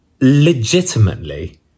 legitimately